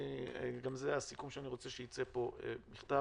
זה הסיכום שאני רוצה שייצא מכתב.